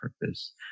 purpose